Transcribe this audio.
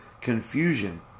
confusion